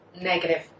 negative